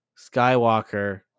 Skywalker